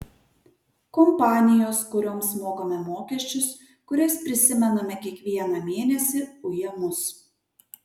kompanijos kurioms mokame mokesčius kurias prisimename kiekvieną mėnesį uja mus